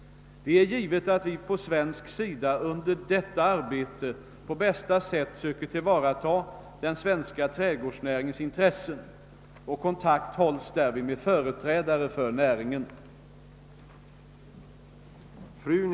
Det är givet att vi på svensk sida under detta arbete på bästa sätt söker tillvarata den svenska trädgårdsnäringens intressen. Kontakt hålls därvid med företrädare för näringen.